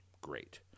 Great